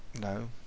No